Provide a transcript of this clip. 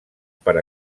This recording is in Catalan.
per